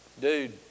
dude